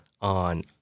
on